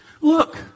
Look